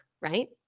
right